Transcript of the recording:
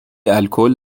الکل